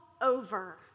over